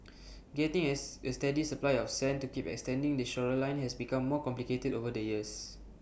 getting as A steady supply of sand to keep extending the shoreline has become more complicated over the years